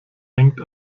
hängt